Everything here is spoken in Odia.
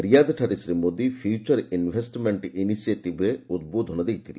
ରିୟାଦ୍ଠାରେ Shri Modi future investment initiative ଏଫ୍ଆଇଆଇରେ ଉଦ୍ବୋଧନ ଦେଇଥିଲେ